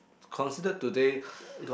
considered today